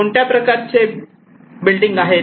कोणत्या प्रकारचे बिल्डिंग आहे